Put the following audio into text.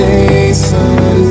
Jason